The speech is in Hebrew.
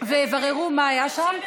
ויבררו מה היה שם.